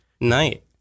night